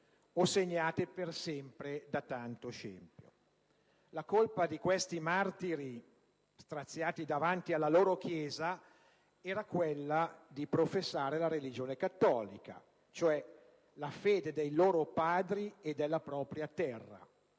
La colpa di questi martiri, straziati davanti alla loro chiesa, era quella di professare la religione cattolica, cioè la fede dei loro padri e della propria terra.